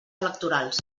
electorals